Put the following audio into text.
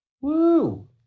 Woo